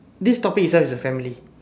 this topic itself is a family